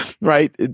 right